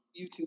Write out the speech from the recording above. YouTube